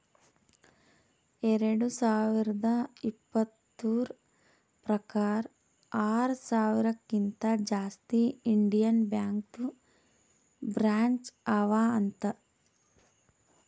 ಎರಡು ಸಾವಿರದ ಇಪ್ಪತುರ್ ಪ್ರಕಾರ್ ಆರ ಸಾವಿರಕಿಂತಾ ಜಾಸ್ತಿ ಇಂಡಿಯನ್ ಬ್ಯಾಂಕ್ದು ಬ್ರ್ಯಾಂಚ್ ಅವಾ ಅಂತ್